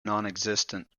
nonexistent